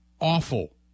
awful